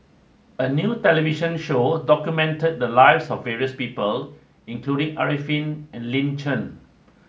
a new television show documented the lives of various people including Arifin and Lin Chen